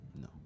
No